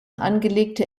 angelegte